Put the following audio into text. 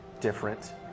different